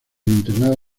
internado